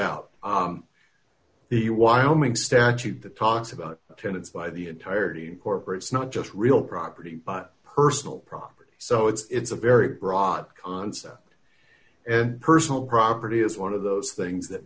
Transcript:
start out the wyoming statute that talks about tenants by the entirety incorporates not just real property but personal property so it's a very broad concept and personal property is one of those things that